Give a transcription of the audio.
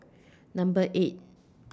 Number eight